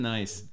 Nice